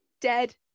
dead